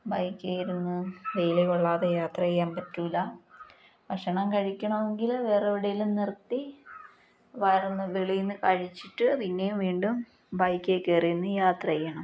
ബൈക്കേൽ ഇരുന്ന് വെയിൽ കൊള്ളാതെ യാത്ര ചെയ്യാൻ പറ്റില്ല ഭക്ഷണം കഴിക്കണമെങ്കിൽ വേറെ എവിടെയെങ്കിലും നിർത്തി വെളിയിൽനിന്ന് കഴിച്ചിട്ട് പിന്നെയും വീണ്ടും ബൈക്കേൽ കയറി തന്നെ യാത്ര ചെയ്യണം